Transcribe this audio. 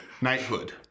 knighthood